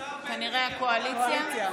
כנראה הקואליציה.